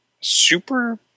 super